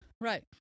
Right